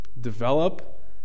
develop